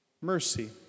mercy